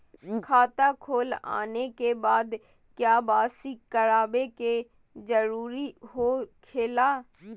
खाता खोल आने के बाद क्या बासी करावे का जरूरी हो खेला?